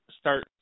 start